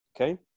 Okay